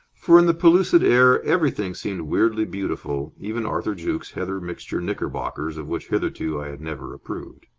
for in the pellucid air everything seemed weirdly beautiful, even arthur jukes' heather-mixture knickerbockers, of which hitherto i had never approved.